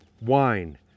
wine